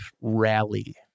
rally